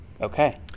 Okay